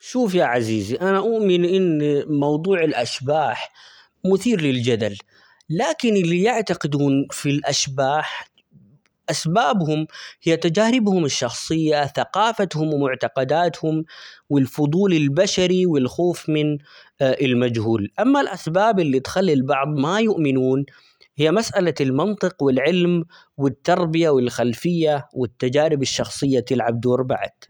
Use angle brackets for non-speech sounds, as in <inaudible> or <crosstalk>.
شوف يا عزيزي أنا أومن إن موضوع الأشباح مثير للجدل، لكن اللي يعتقدون في الأشباح أسبابهم هي تجاربهم الشخصية، ثقافتهم ،ومعتقداتهم ، والفضول البشري والخوف من <hesitation> المجهول ،أما الأسباب اللي تخلي البعض ما يؤمنون هي مسألة، المنطق والعلم ،والتربية، والخلفية ،والتجارب الشخصية تلعب دور بعد.